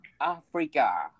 Africa